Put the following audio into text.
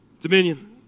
Dominion